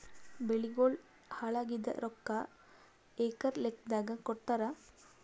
ಬೆಳಿಗೋಳ ಹಾಳಾಗಿದ ರೊಕ್ಕಾ ಎಕರ ಲೆಕ್ಕಾದಾಗ ಕೊಡುತ್ತಾರ?